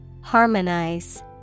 Harmonize